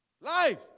Life